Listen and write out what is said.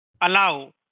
Allow